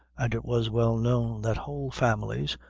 and it was well known that whole families,